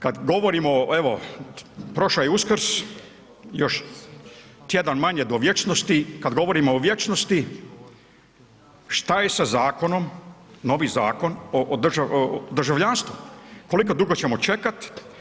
Kad govorimo, evo prošao je Uskrs, još tjedan manje do vječnosti, kad govorimo o vječnosti, šta je sa zakonom, novi Zakon o državljanstvu, koliko dugo ćemo čekat?